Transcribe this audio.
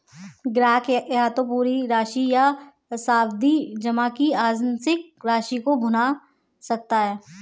ग्राहक या तो पूरी राशि या सावधि जमा की आंशिक राशि को भुना सकता है